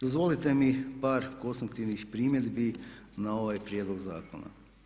Dozvolite mi par konstruktivnih primjedbi na ovaj prijedlog zakona.